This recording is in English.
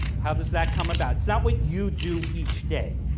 how does that come about? it's not what you do each day.